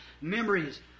Memories